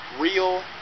real